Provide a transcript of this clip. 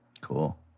Cool